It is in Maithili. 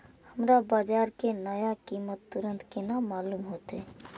हमरा बाजार के नया कीमत तुरंत केना मालूम होते?